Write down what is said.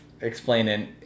explaining